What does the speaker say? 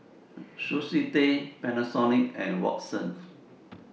Sushi Tei Panasonic and Watsons